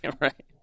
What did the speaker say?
Right